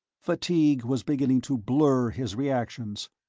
fatigue was beginning to blur his reactions.